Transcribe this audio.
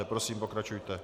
Prosím, pokračujte.